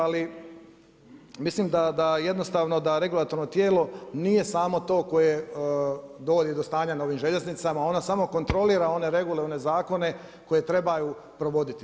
Ali mislim da jednostavno da regulatorno tijelo nije samo to koje dovodi do stanja na željeznicama, ono samo kontrolira one regularne zakone koje treba provoditi.